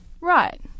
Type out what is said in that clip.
Right